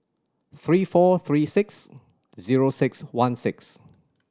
three four three six zero six one six